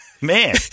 Man